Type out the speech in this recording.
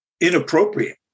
inappropriate